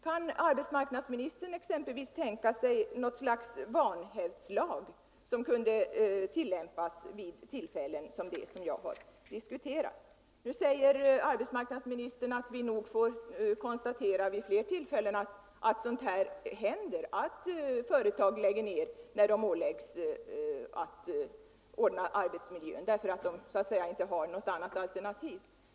Kan arbetsmarknadsministern exempelvis tänka sig att något slags vanhävdslag kunde tillämpas vid sådana här tillfällen? Nu säger arbetsmarknadsministern att vi nog i framtiden kommer att få konstatera att företag lägger ned när de åläggs att ordna arbetsmiljön — därför att de inte har något annat alternativ.